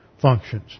functions